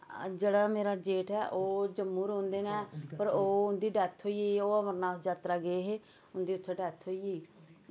जेह्ड़ा मेरा जेठ ऐ ओह् जम्मू रौंह्दे नै पर ओह् उं'दी डैथ होई गेई ऐ ओह् अमर नाथ जात्तरा गे हे उं'दी उत्थें डैथ होई गेई ही